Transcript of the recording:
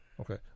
Okay